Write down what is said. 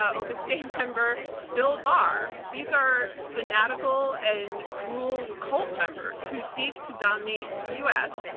ah opus day member bill barr. these are fanatical and cruel cult members who seek to dominate the u. s.